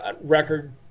record